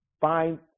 find